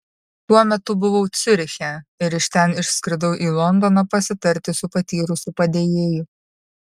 tuo metu buvau ciuriche ir iš ten išskridau į londoną pasitarti su patyrusiu padėjėju